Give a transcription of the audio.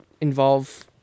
involve